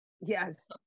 yes